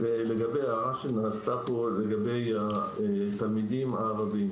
לגבי התלמידים הערבים